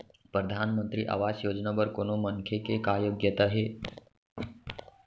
परधानमंतरी आवास योजना बर कोनो मनखे के का योग्यता हे?